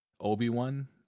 obi-wan